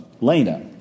Lena